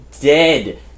dead